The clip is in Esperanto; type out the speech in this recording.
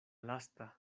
lasta